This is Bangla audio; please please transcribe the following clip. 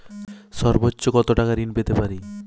সর্বোচ্চ কত টাকা ঋণ পেতে পারি?